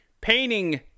painting